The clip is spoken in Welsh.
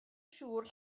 siŵr